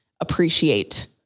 appreciate